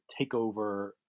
takeover